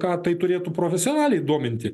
ką tai turėtų profesionaliai dominti